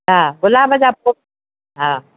हा गुलाब जा हा